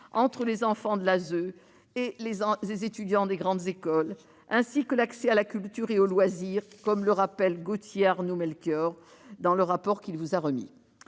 entre les enfants de l'ASE et les étudiants de grandes écoles, ainsi que l'accès à la culture et aux loisirs, comme le rappelle Gautier Arnaud-Melchiorre, dans le rapport précité.